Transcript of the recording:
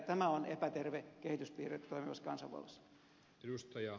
tämä on epäterve kehityspiirre toimivassa kansanvallassa